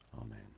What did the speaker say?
Amen